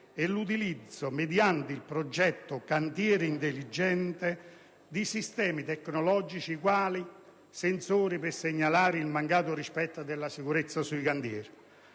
è l'utilizzo, mediante il progetto «Cantiere intelligente», di sistemi tecnologici, quali sensori, per segnalare il mancato rispetto della sicurezza sui cantieri.